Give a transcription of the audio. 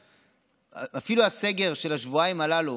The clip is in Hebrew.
אפילו הסגר של השבועיים הללו